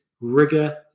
rigor